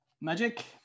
magic